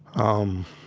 um,